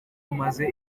mumaze